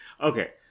Okay